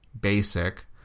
basic